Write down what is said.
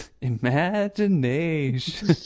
imagination